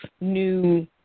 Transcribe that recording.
new